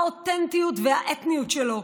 האותנטיות והאתניות שלו,